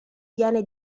viene